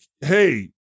hey